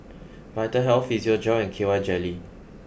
Vitahealth Physiogel and K Y jelly